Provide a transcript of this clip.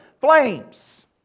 flames